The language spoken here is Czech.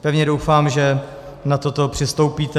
Pevně doufám, že na toto přistoupíte.